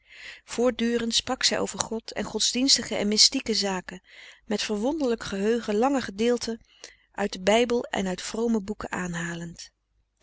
voortdurend sprak zij over god en godsdienstige en mystieke zaken met verwonderlijk geheugen lange gedeelten uit den frederik van eeden van de koele meren des doods bijbel en uit vrome boeken aanhalend